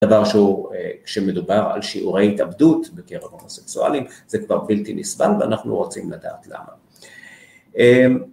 דבר שהוא כשמדובר על שיעורי התאבדות בקרב הומוסקסואלים זה כבר בלתי נסבל ואנחנו רוצים לדעת למה.